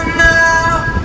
now